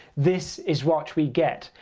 this is what we get.